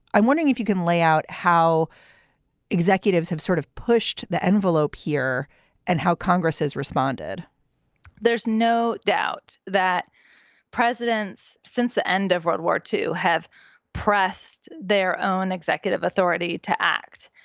i'm wondering if you can lay out how executives have sort of pushed the envelope here and how congress has responded there's no doubt that presidents since the end of world war two have pressed their own executive authority to act,